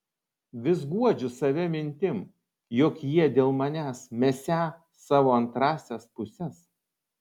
vis guodžiu save mintim jog jie dėl manęs mesią savo antrąsias puses